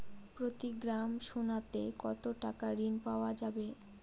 প্রতি গ্রাম সোনাতে কত টাকা ঋণ পাওয়া যাবে?